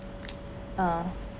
uh